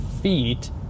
feet